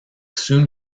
soon